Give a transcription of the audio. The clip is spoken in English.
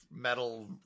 metal